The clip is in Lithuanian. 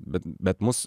bet bet mus